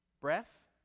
breath